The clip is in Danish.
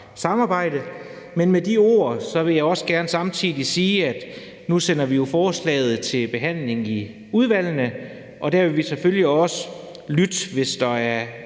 samarbejde. Med de ord vil jeg også gerne samtidig sige, at nu sender vi jo forslaget til behandling i udvalget, og der vil vi selvfølgelig også lytte, hvis der er